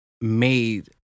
made